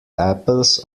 apples